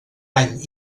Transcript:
any